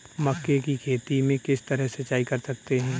मक्के की खेती में किस तरह सिंचाई कर सकते हैं?